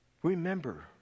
Remember